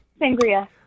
Sangria